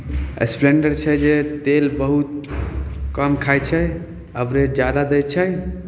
आ स्प्लैण्डर छै जे तेल बहुत कम खाइ छै अवरेज जादा दै छै